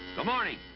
good morning.